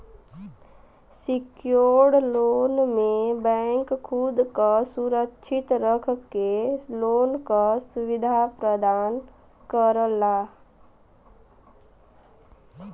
secured loan में bank खुद क सुरक्षित रख के लोन क सुविधा प्रदान करला